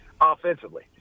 offensively